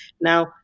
Now